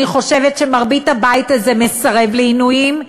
אני חושבת שמרבית הבית הזה מסרב לעינויים.